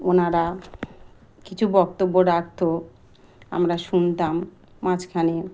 ওনারা কিছু বক্তব্য রাখত আমরা শুনতাম মাঝখানে